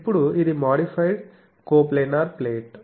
ఇప్పుడు ఇది modified coplanar plate